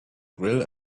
grill